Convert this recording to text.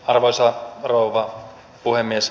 arvoisa rouva puhemies